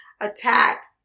attack